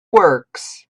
works